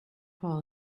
fall